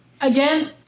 Again